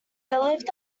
lived